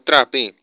तत्रापि